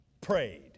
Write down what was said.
prayed